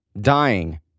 dying